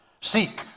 seek